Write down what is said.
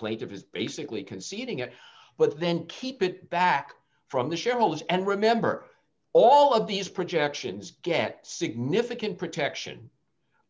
plate of is basically conceding it but then keep it back from the shareholders and remember all of these projections get significant protection